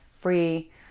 free